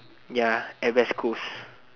ya at west coast